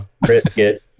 brisket